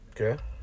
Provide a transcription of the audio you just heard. Okay